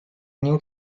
niu